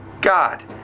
God